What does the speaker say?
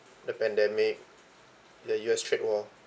the pandemic the U_S trade war